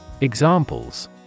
Examples